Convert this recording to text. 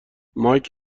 مایک